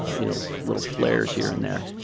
you know, little flares here and there,